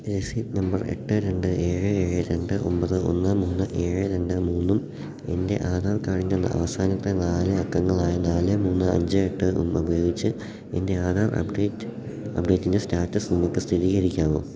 രസീത് നമ്പർ എട്ട് രണ്ട് ഏഴ് ഏഴ് രണ്ട് ഒമ്പത് ഒന്ന് മൂന്ന് ഏഴ് രണ്ട് മൂന്നും എൻ്റെ ആധാർ കാർഡിന്റെ അവസാനത്തെ നാലക്കങ്ങളായ നാല് മൂന്ന് അഞ്ച് എട്ടും ഉപയോഗിച്ച് എൻ്റെ ആധാർ അപ്ഡേറ്റിൻ്റെ സ്റ്റാറ്റസ് നിങ്ങള്ക്ക് സ്ഥിരീകരിക്കാമോ